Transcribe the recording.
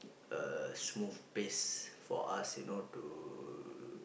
a smooth pace for us you know to